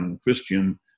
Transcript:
Christian